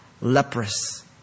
leprous